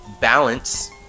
balance